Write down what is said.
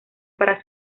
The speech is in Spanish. para